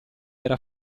era